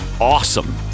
awesome